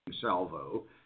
salvo